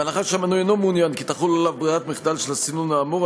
בהנחה שהמנוי אינו מעוניין כי תחול עליו ברירת מחדל של הסינון האמור,